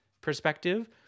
perspective